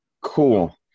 cool